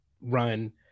run